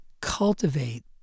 cultivate